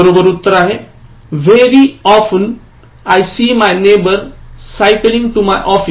बरोबर उत्तर आहे Very often I see my neighbor cycling to my office